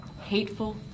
hateful